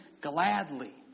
gladly